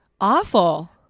Awful